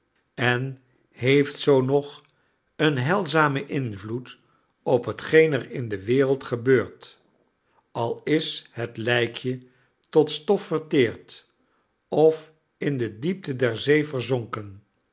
en heeft zoo nog een heilzamen invloed op hetgoen er in de wereld gebeurt al is het lijkje tot stof verteerd of in de diepte der zee verzonken